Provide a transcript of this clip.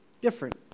different